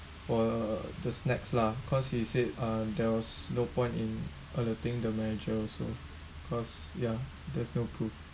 for the snacks lah cause he said uh there was no point in alerting the manager also cause ya there's no proof